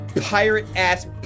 pirate-ass